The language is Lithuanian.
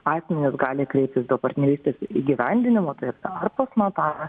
asmenys gali kreiptis dėl partnerystės įgyvendinimo tai ar pas notarą